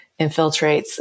infiltrates